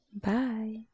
Bye